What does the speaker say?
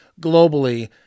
globally